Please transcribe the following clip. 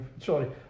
sorry